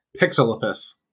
Pixelopus